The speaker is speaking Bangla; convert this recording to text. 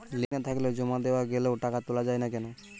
লিঙ্ক না থাকলে জমা দেওয়া গেলেও টাকা তোলা য়ায় না কেন?